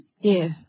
Yes